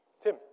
Tim